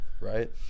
right